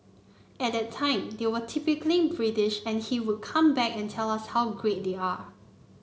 at that time they were typically British and he would come back and tell us how great they are